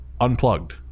unplugged